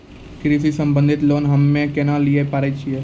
कृषि संबंधित लोन हम्मय केना लिये पारे छियै?